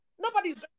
Nobody's